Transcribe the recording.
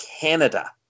Canada